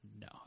No